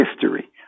history